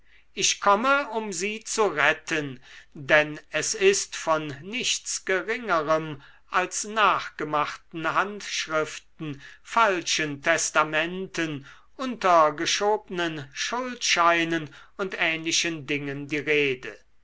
ich komme um sie zu retten denn es ist von nichts geringerem als nachgemachten handschriften falschen testamenten untergeschobnen schuldscheinen und ähnlichen dingen die rede